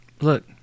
Look